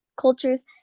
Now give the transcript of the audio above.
cultures